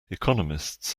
economists